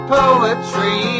poetry